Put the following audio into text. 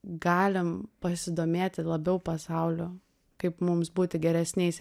galim pasidomėti labiau pasauliu kaip mums būti geresniais